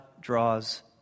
draws